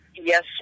yes